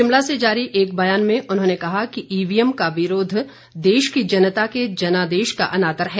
शिमला से जारी एक बयान में उन्होंने कहा कि ईवीएम का विरोध देश की जनता के जनादेश का अनादर है